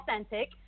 authentic